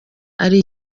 ari